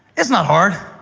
it's not hard.